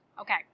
Okay